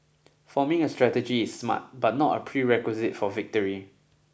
forming a strategy is smart but not a prerequisite for victory